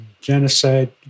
genocide